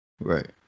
Right